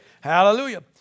Hallelujah